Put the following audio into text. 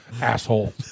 Asshole